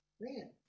man